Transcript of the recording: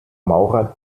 maurer